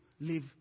live